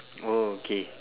oh okay